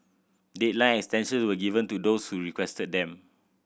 deadline extensions were given to those who requested them